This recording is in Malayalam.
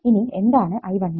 ഇനി എന്താണ് I11